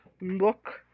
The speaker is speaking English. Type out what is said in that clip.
look